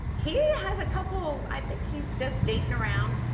he has a couple, i think he's just dating around